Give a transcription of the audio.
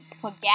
forget